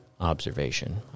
observation